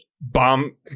bomb